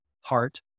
heart